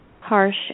harsh